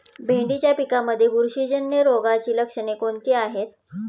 भेंडीच्या पिकांमध्ये बुरशीजन्य रोगाची लक्षणे कोणती आहेत?